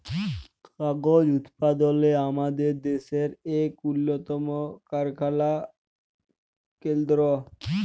কাগজ উৎপাদলে আমাদের দ্যাশের ইক উল্লতম কারখালা কেলদ্র